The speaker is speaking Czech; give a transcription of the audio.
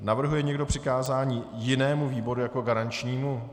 Navrhuje někdo přikázání jinému výboru jako garančnímu?